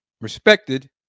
respected